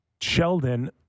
Sheldon